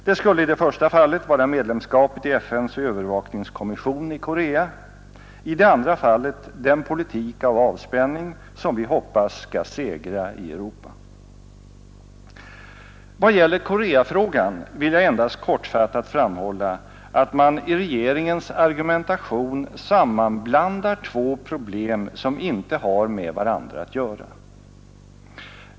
Det skulle i det första fallet vara medlemskapet i FN:s övervakningskommission i Korea, i det andra fallet den politik av avspänning som vi hoppas skall segra i Europa. Vad gäller Koreafrågan vill jag endast kortfattat framhålla, att man i regeringens argumentation sammanblandar två problem som icke har med varandra att göra.